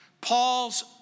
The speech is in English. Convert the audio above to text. Paul's